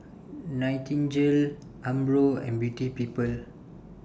Nightingale Umbro and Beauty People